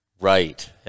Right